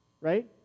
right